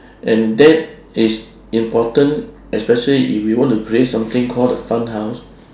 and that is important especially if you want to create something call the fun house